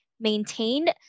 maintained